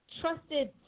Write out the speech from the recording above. trusted